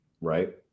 right